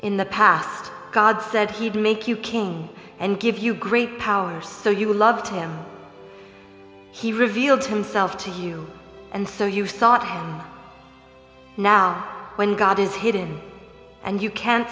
in the past god said he'd make you king and give you great powers so you loved him he revealed himself to you and so you thought now when god is hidden and you can